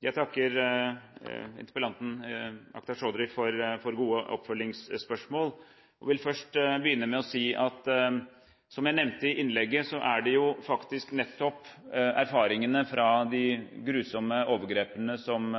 Jeg takker interpellanten, Akhtar Chaudhry, for gode oppfølgingsspørsmål. Jeg vil begynne med å si, som jeg nevnte i innlegget, at det er nettopp erfaringene fra de grusomme overgrepene som